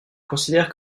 considère